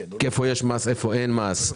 היכן יש מס והיכן אין מס,